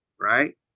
right